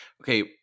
okay